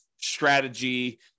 strategy